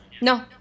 No